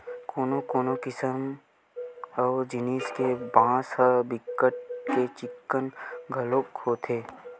कोनो कोनो किसम अऊ जिनिस के बांस ह बिकट के चिक्कन घलोक होथे